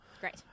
Great